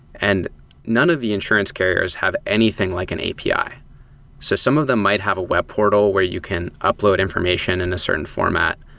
and none of the insurance carriers have anything like an api. so some of them might have a web portal where you can upload information in a certain format.